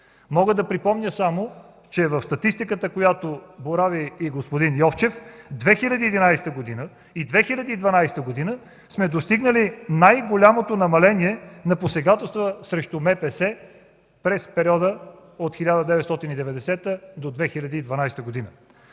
Мога да припомня само, че в статистиката, с която борави господин Йовчев, през 2011-а и 2012 г. сме достигнали най-голямото намаление на посегателства срещу МПС през периода от 1990 до 2012 г.